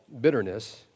Bitterness